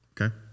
Okay